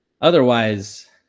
otherwise